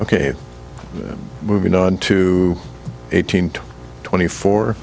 ok moving on to eighteen to twenty four